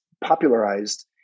popularized